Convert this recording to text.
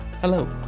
Hello